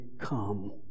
come